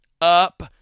up